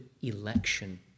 election